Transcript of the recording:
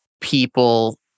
people